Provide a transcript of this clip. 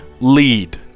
lead